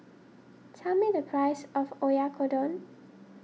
tell me the price of Oyakodon